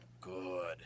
good